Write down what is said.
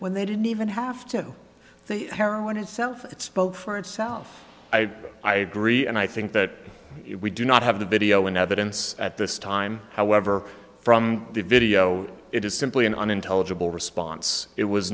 when they didn't even have to the heroin itself it spoke for itself i i agree and i think that if we do not have the video in evidence at this time however from the video it is simply an unintelligible response it was